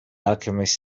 alchemist